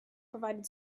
provided